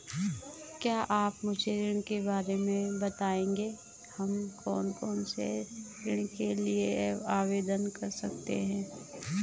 क्या आप मुझे ऋण के बारे में बताएँगे हम कौन कौनसे ऋण के लिए आवेदन कर सकते हैं?